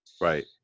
Right